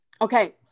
Okay